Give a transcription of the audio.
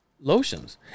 lotions